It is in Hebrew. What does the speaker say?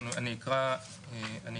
אני אקרא אותו.